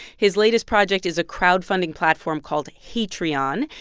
his latest project is a crowdfunding platform called hatreon.